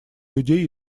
людей